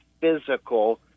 physical